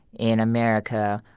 in america,